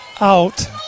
out